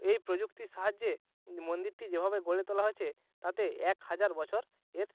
এই প্রযুক্তির সাহায্যে মন্দিরটি যেভাবে গড়ে তোলা হয়েছে তাতে এক হাজার বছর এর